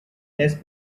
less